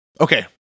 okay